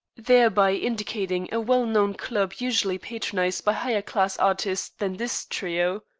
thereby indicating a well-known club usually patronized by higher class artistes than this trio.